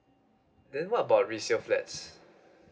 then what about resale flat